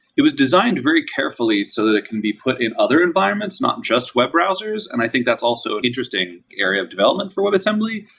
it was designed very carefully so that it can be put in other environments, not just web browsers, and i think that's also interesting area of development for webassembly.